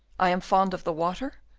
i am fond of the water,